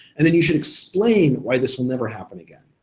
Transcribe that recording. and then you should explain why this will never happen again.